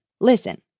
Listen